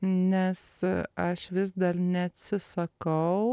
nes aš vis dar neatsisakau